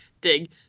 dig